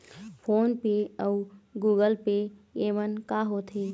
Phone पे अउ Google Pay येमन का होते?